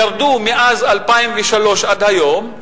ירדו מאז 2003 ועד היום.